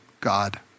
God